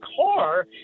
car